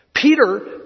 Peter